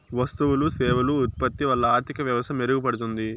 వస్తువులు సేవలు ఉత్పత్తి వల్ల ఆర్థిక వ్యవస్థ మెరుగుపడుతుంది